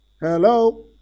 Hello